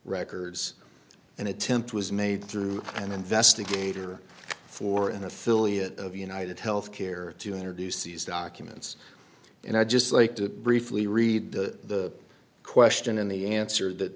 records and attempt was made through an investigator for an affiliate of united health care to introduce these documents and i'd just like to briefly read the question and the answer that